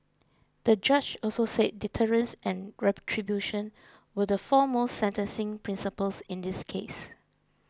the judge also said deterrence and retribution were the foremost sentencing principles in this case